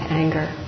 anger